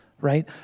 Right